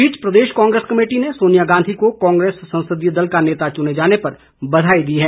इस बीच प्रदेश कांग्रेस कमेटी ने सोनिया गांधी को कांग्रेस संसदीय दल का नेता चुने जाने पर बधाई दी है